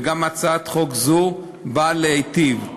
וגם הצעת חוק זו באה להיטיב.